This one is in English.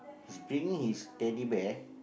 he's bringing his Teddy Bear